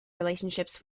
relationships